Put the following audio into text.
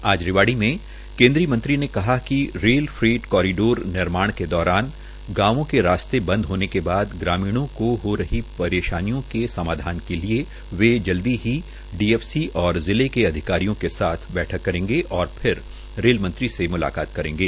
आज रेवाड़ी मे केन्द्रीय मंत्री ने कहा िक रेल फ्रेट कारिडोर निर्माण के दौरान गांवों के रास्ते बंद होने के बाद ग्रामीणो को हो रही परेशानियों के समाधान के लिए वे जल्द ही डीएफसी के और जिले के अधिकारियों के साथ बैठक करंगे और रेल मंत्री से मुलाकात करेंगे